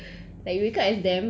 what do you mean